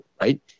right